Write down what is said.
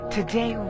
Today